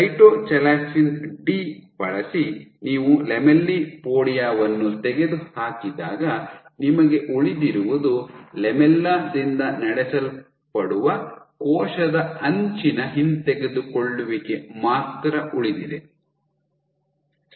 cytochalasin D ಬಳಸಿ ನೀವು lamellipodia ವನ್ನು ತೆಗೆದುಹಾಕಿದಾಗ ನಿಮಗೆ ಉಳಿದಿರುವುದು ಲ್ಯಾಮೆಲ್ಲಾ ದಿಂದ ನಡೆಸಲ್ಪಡುವ ಕೋಶದ ಅಂಚಿನ ಹಿಂತೆಗೆದುಕೊಳ್ಳುವಿಕೆ ಮಾತ್ರ ಉಳಿದಿದೆ